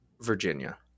virginia